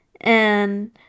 And-